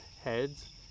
heads